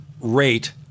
rate